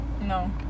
No